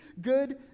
good